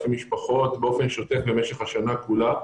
משפחות באופן שוטף במשך השנה כולה,